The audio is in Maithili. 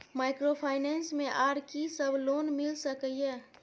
माइक्रोफाइनेंस मे आर की सब लोन मिल सके ये?